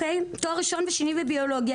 תואר ראשון ושני בביולוגיה".